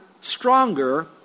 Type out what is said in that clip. stronger